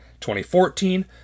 2014